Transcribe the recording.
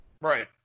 right